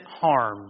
harm